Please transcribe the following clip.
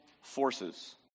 forces